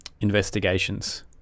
investigations